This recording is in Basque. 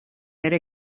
ere